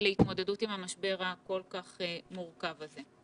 להתמודדות עם המשבר הכול כך מורכב הזה.